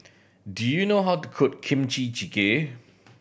do you know how to cook Kimchi Jjigae